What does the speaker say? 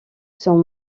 sont